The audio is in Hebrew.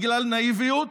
בגלל נאיביות,